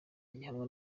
gihanwa